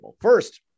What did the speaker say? First